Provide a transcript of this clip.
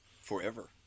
forever